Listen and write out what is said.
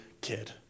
kid